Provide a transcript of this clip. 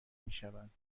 میشوند